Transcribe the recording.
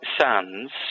Sands